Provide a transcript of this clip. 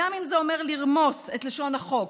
גם אם זה אומר לרמוס את לשון החוק.